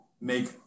make